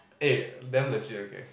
eh damn legit okay